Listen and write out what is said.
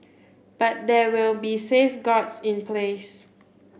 but there will be safeguards in place